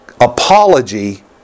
apology